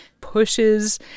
pushes